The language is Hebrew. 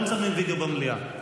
לא מצלמים וידיאו במליאה.